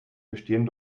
bestehen